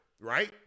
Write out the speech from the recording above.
right